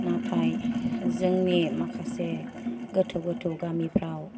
नाथाय जोंनि माखासे गोथौ गोथौ गामिफ्राव